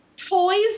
toys